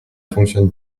fonctionne